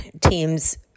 teams